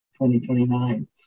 2029